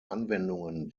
anwendungen